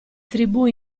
tribù